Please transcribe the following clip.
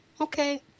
okay